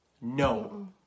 No